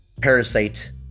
Parasite